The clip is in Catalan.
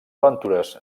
aventures